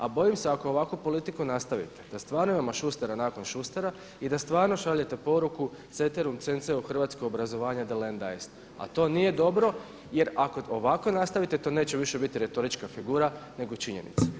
A boji se da ako ovakvu politiku nastavite da stvarno imamo Šustera nakon Šustera i da stvarno šaljete poruku … u hrvatsko obrazovanje … a to nije dobro jer ako ovako nastavite to neće više biti retorička figura, nego činjenica.